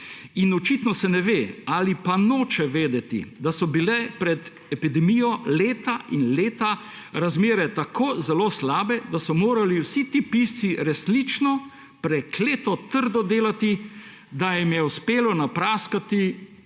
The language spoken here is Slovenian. Očitno se ne ve ali pa noče vedeti, da so bile pred epidemijo leta in leta razmere tako zelo slabe, da so morali vsi ti pisci resnično prekleto trdo delati, da jim je uspelo napraskati